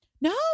No